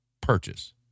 purchase